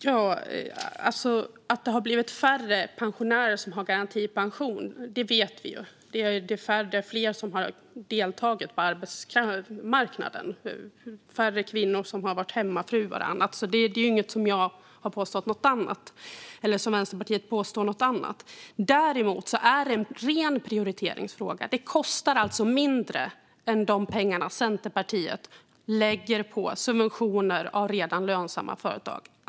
Fru talman! Vi vet att det har blivit färre pensionärer som har garantipension. Det är fler som har deltagit på arbetsmarknaden. Det är färre kvinnor som har varit hemmafruar och annat. Jag har inte påstått något annat. Vänsterpartiet påstår inte något annat. Däremot är det en ren prioriteringsfråga. Detta kostar alltså mindre än de pengar som Centerpartiet lägger på subventioner av redan lönsamma företag.